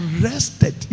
arrested